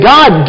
God